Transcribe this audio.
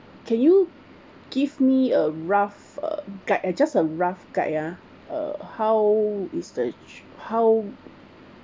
can you give me a rough uh guide just a rough guide ah uh how is the tri~ how